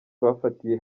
bafatiye